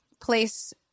place